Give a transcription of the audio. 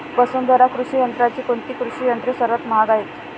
वसुंधरा कृषी यंत्राची कोणती कृषी यंत्रे सर्वात महाग आहेत?